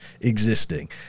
existing